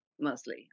mostly